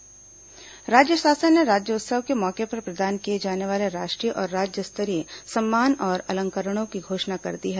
राज्योत्सव अलंकरण राज्य शासन ने राज्योत्सव के मौके पर प्रदान किए जाने वाले राष्ट्रीय और राज्य स्तरीय सम्मान और अलंकरणों की घोषणा कर दी है